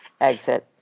exit